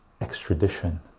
extradition